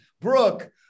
Brooke